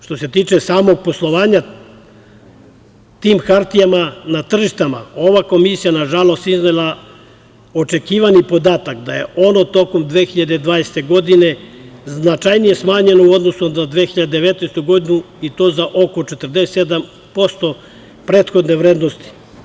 Što se tiče samog poslovanja tim hartijama, na tržištima, ova komisija je iznela očekivan podatak, da je on tokom 2020. godine, značajnije smanjen u odnosu na 2019, i to za oko 47%, prethodne vrednosti.